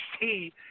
see